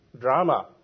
drama